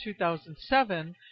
2007